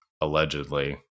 allegedly